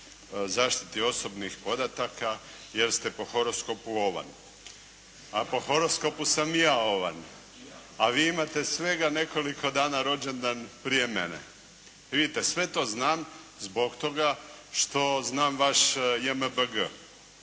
zaštiti osobnih podataka, jer ste po horoskopu ovan, a po horoskopu sam i ja ovan, a vi imate svega nekoliko dana rođendan prije mene. Vidite sve to znam zbog toga što znam vaš JMBG.